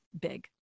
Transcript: big